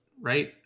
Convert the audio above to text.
Right